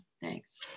thanks